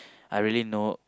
I really know